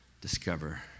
discover